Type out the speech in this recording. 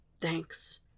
Thanks